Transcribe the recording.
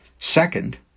Second